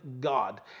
God